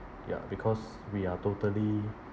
ya because we are totally